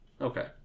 Okay